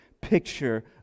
Picture